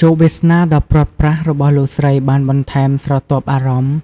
ជោគវាសនាដ៏ព្រាត់ប្រាសរបស់លោកស្រីបានបន្ថែមស្រទាប់អារម្មណ៍